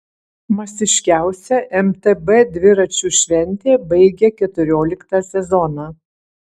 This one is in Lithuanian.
masiškiausia mtb dviračių šventė baigia keturioliktą sezoną